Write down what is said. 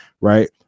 right